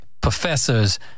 professors